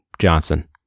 Johnson